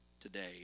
today